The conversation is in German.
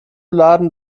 laden